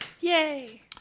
Yay